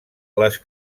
les